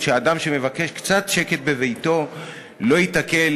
את הארגונים ללא כוונת רווח.